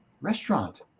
Restaurant